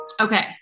Okay